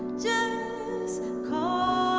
just call